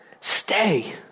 Stay